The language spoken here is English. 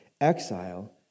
exile